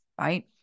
Right